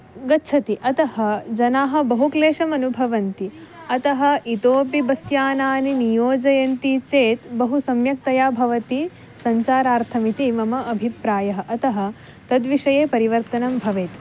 गच्छति अतः जनाः बहुक्लेशमनुभवन्ति अतः इतोपि बस् यानानि नियोजयन्ति चेत् बहु सम्यक्तया भवति सञ्चारार्थम् इति मम अभिप्रायः अतः तद् विषये परिवर्तनं भवेत्